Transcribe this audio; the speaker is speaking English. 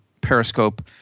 Periscope